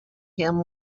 him